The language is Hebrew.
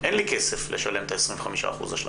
ואין לי כסף לשלם עובר ה-25% השלמה.